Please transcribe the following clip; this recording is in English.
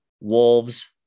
Wolves